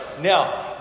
Now